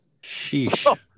Sheesh